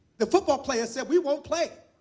the football players said we won't play.